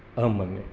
अहं मन्ये